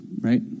right